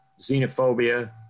xenophobia